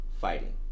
fighting